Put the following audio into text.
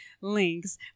links